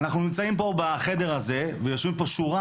אנחנו נמצאים פה בחדר הזה ויושבים פה שורה,